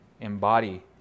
embody